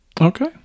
okay